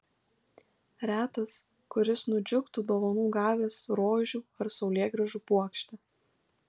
retas kuris nudžiugtų dovanų gavęs rožių ar saulėgrąžų puokštę